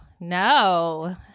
no